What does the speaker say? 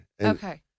Okay